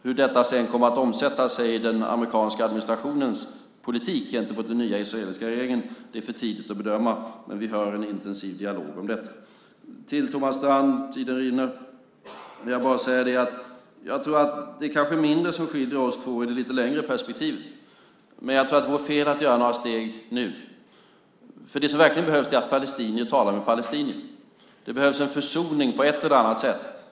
Hur det sedan kommer att omsätta sig i den amerikanska administrationens politik gentemot den nya israeliska regeringen är för tidigt att bedöma, men vi för en intensiv dialog om detta. Till Thomas Strand vill jag säga att det kanske är mindre som skiljer oss två i det lite längre perspektivet, men jag tror att det vore fel att ta några steg nu. Det som verkligen behövs är att palestinier talar med palestinier. Det behövs en försoning på ett eller annat sätt.